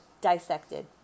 DISSECTED